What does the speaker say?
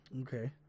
Okay